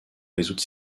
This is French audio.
résoudre